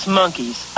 monkeys